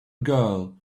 girl